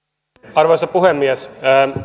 arvoisa puhemies